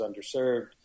underserved